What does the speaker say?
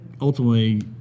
ultimately